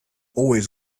always